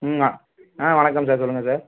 ம் ஆ வணக்கம் சார் சொல்லுங்கள் சார்